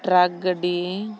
truck ᱜᱟᱹᱰᱤ